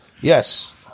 Yes